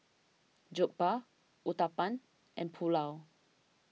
Jokbal Uthapam and Pulao